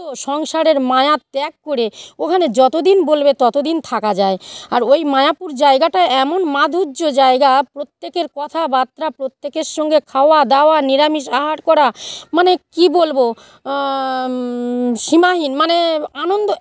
সংসারের মায়া ত্যাগ করে ওখানে যতদিন বলবে ততদিন থাকা যায় আর ওই মায়াপুর জায়গাটায় এমন মাধুর্য জায়গা প্রত্যেকের কথাবার্তা প্রত্যেকের সঙ্গে খাওয়া দাওয়া নিরামিষ আহার করা মানে কি বলব সীমাহীন মানে আনন্দ